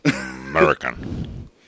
American